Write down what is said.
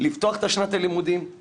לפתוח את שנת הלימודים אם